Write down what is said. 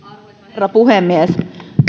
herra puhemies